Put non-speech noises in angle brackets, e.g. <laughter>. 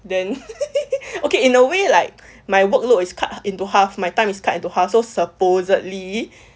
then <laughs> okay in a way like my workload is cut into half my time is cut into half so supposedly